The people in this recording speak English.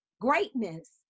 greatness